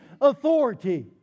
authority